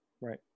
Right